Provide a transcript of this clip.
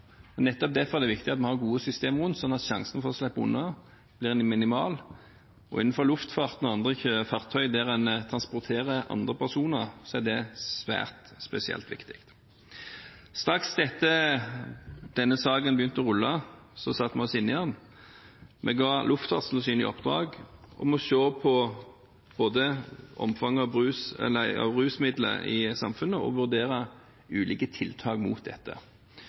Nettopp derfor er det viktig at vi har gode systemer, slik at sjansen for å slippe unna blir minimal, og innenfor luftfarten og andre fartøy der en transporterer andre personer, er dette spesielt viktig. Straks denne saken begynte å rulle, satte vi oss inn i den. Vi ga Luftfartstilsynet i oppdrag både å se på omfanget av rusmidler i samfunnet vårt og vurdere ulike tiltak mot dette.